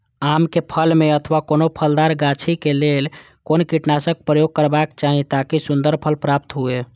आम क फल में अथवा कोनो फलदार गाछि क लेल कोन कीटनाशक प्रयोग करबाक चाही ताकि सुन्दर फल प्राप्त हुऐ?